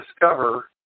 discover